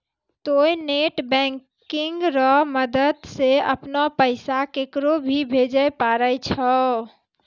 तोंय net banking रो मदद से अपनो पैसा केकरो भी भेजै पारै छहो